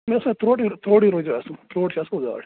مےٚ باسان ترٛوٹے روزِ اصل ترٛوٹ چھ اصل گاڈ